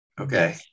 Okay